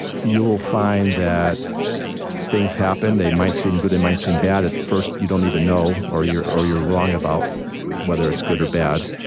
you will find that things happen. they might seem good, they might seem bad at first, you don't even or you're or you're wrong about whether it's good or bad.